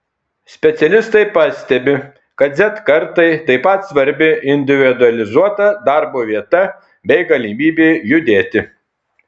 specialistai pastebi kad z kartai taip pat svarbi individualizuota darbo vieta bei galimybė judėti